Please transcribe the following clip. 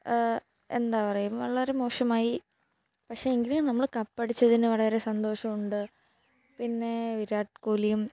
എന്താ പറയുക വളരെ മോശമായി പക്ഷേ എങ്കിലും നമ്മൾ കപ്പടിച്ചതിനു വളരെ സന്തോഷമുണ്ട് പിന്നെ വിരാട് കോലിയും